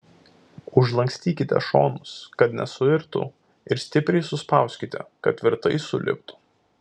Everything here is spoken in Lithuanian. užlankstykite šonus kad nesuirtų ir stipriai suspauskite kad tvirtai suliptų